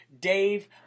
Dave